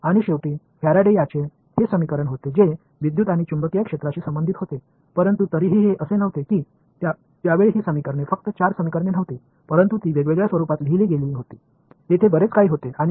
இறுதியாக ஃபாரடே விதி இது ஒரு சமன்பாட்டைக் கொண்டிருந்தது இது மின்சார புலத்தை காந்தப்புலத்துடன் தொடர்புபடுத்தியது ஆனால் இந்த சமன்பாடுகள் அந்தக் காலத்தில் இல்லை இந்தச் சமன்பாடுகள் 4 சமன்பாடுகள் மட்டுமல்ல ஆனால் அவை வேறுபட்ட வடிவத்தில் எழுதப்பட்டவை ஏராளமாக இருந்தன